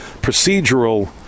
procedural